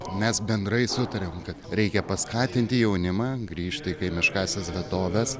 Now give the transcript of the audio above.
mes bendrai sutarėm kad reikia paskatinti jaunimą grįžti į kaimiškąsias vietoves